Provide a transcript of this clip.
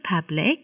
public